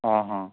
ହଁ ହଁ